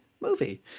movie